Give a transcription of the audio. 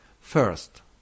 First